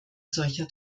solcher